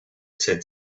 said